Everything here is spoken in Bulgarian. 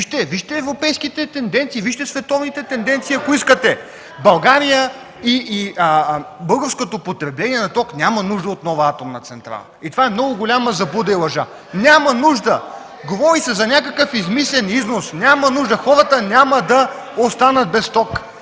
Вижте европейските тенденции, вижте световните тенденции, ако искате. България и българското потребление на ток няма нужда от нова атомна централа – и това е много голяма заблуда и лъжа. Няма нужда! Говори се за някакъв измислен износ! Няма нужда! Хората няма да останат без ток!